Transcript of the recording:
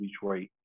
Detroit